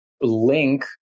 link